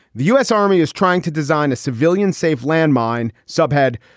the u s. army is trying to design a civilian safe landmine subhead.